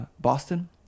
Boston